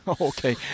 Okay